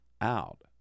out